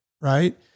right